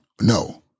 no